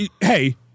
hey